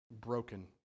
broken